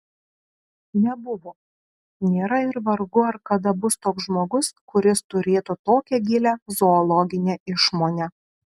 nebuvo nėra ir vargu ar kada bus toks žmogus kuris turėtų tokią gilią zoologinę išmonę